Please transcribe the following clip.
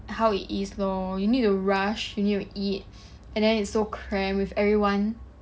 how it is lor you need to rush you need to eat and then it's so cramped with everyone